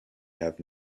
have